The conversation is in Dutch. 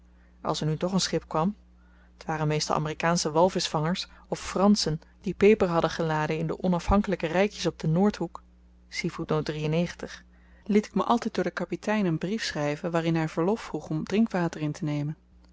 als er nu toch een schip kwam t waren meestal amerikaansche walvischvangers of franschen die peper hadden geladen in de onafhankelyke rykjes op den noordhoek liet ik my altyd door den kapitein een brief schryven waarin hy verlof vroeg om drinkwater intenemen de